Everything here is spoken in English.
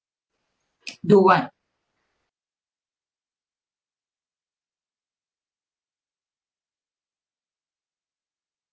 do what